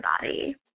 body